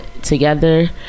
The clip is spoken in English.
together